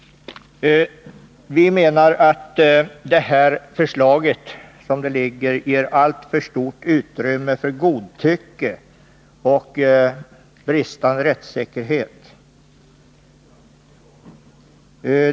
Vi menar att det här förslaget ger alltför stort utrymme åt godtycke och innebär en bristande rättssäkerhet.